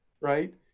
right